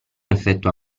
effettua